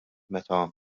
meta